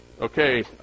Okay